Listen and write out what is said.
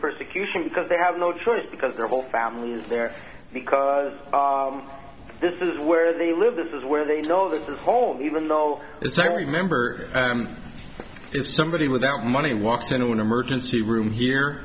persecution because they have no choice because their whole family is there because this is where they live this is where they know this is home even though it's i remember it's somebody without money walked into an emergency room here